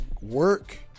work